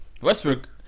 Westbrook